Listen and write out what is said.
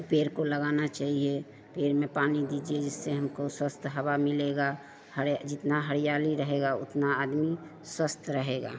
पेड़ को लगाना चाहिए पेड़ में पानी दीजिए जिससे हमको स्वच्छ हवा मिलेगी हर जितनी हरियाली रहेगी उतना आदमी स्वस्थ रहेगा